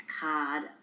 card